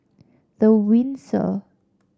The Windsor